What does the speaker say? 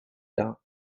dar